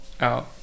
out